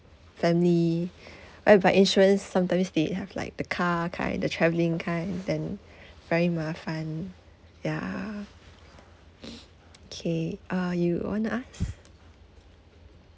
family whereby insurance sometimes they have like the car kind the travelling kind then very 麻烦 ya okay uh you want to ask